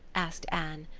asked anne.